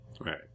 Right